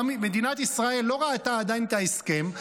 מדינת ישראל לא ראתה עדיין את ההסכם,